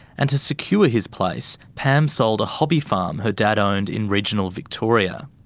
and to secure his place, pam sold a hobby farm her dad owned in regional victoria.